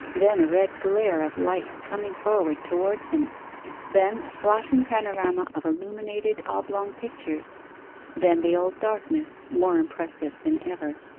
then a red glare of light coming forward towards him then a flashing panorama of illuminated oblong pictures then the old darkness, more impressive than ever.